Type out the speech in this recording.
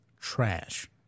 trash